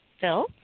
Phil